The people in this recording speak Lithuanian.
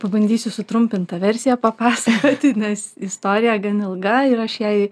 pabandysiu sutrumpintą versiją papasakoti nes istorija gan ilga ir aš jei